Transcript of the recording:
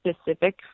specific